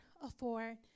afford